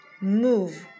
Move